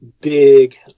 Big